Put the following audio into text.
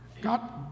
got